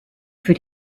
für